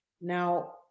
Now